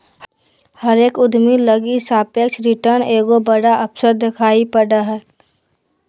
हरेक उद्यमी लगी सापेक्ष रिटर्न एगो बड़ा अवसर दिखाई पड़ा हइ